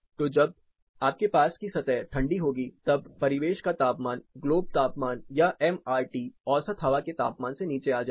तो जब आपके आसपास की सतह ठंडी होंगी तब परिवेश का तापमान ग्लोब तापमान या एमआरटी औसत हवा के तापमान से नीचे आ जाएगा